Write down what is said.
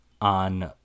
on